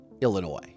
Illinois